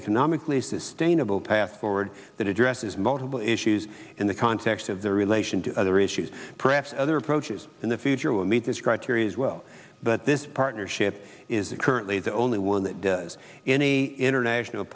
economically sustainable path forward that addresses multiple issues in the context of the relation to other issues perhaps other approaches in the future will meet this criteria as well but this partnership is currently the only one that does any international